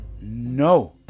no